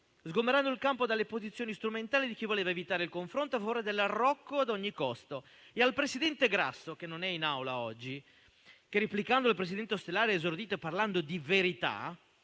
sgomberando il campo dalle posizioni strumentali di chi voleva evitare il confronto a favore dell'arrocco ad ogni costo. Al presidente Grasso, che non è in Aula oggi, ma, replicando al presidente Ostellari, ha esordito parlando di verità,